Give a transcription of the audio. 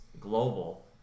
Global